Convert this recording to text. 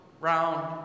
round